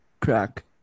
crack